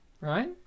right